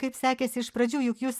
kaip sekėsi iš pradžių juk jūs